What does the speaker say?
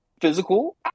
physical